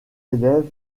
élèves